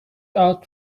out